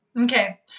Okay